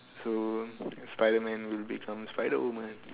so spider man will become spider woman